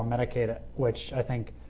medicaid ah which i think